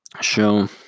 show